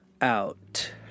out